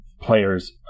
players